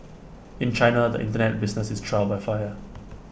in China the Internet business is trial by fire